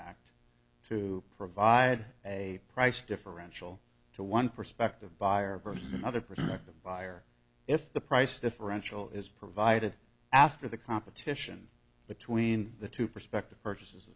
act to provide a price differential to one prospective buyer versus another primitive buyer if the price differential is provided after the competition between the two perspective purchases